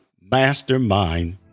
mastermind